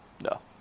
no